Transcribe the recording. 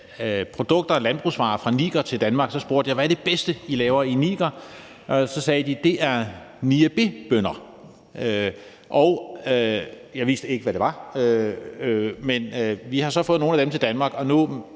produkter og landbrugsvarer fra Niger til Danmark, og så spurgte jeg: Hvad er det bedste, I laver i Niger? Og så sagde de, at det er niébébønner. Jeg vidste ikke, hvad det var, men vi har så fået nogle af dem til Danmark, og